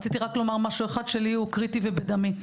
רציתי להגיד משהו אחד שלי הוא קריטי ובדמי.